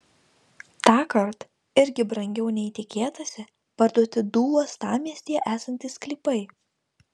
tąkart irgi brangiau nei tikėtasi parduoti du uostamiestyje esantys sklypai